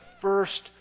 first